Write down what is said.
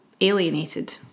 alienated